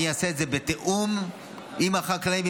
אני אעשה את זה בתיאום עם החקלאים,